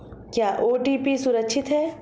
क्या ओ.टी.पी सुरक्षित है?